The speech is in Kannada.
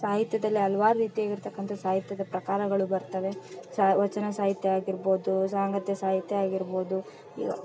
ಸಾಹಿತ್ಯದಲ್ಲಿ ಹಲವಾರು ರೀತಿ ಆಗಿರ್ತಕ್ಕಂಥ ಸಾಹಿತ್ಯದ ಪ್ರಕಾರಗಳು ಬರ್ತವೆ ಸಾ ವಚನ ಸಾಹಿತ್ಯ ಆಗಿರ್ಬೋದು ಸಾಂಗತ್ಯ ಸಾಹಿತ್ಯ ಆಗಿರ್ಬೋದು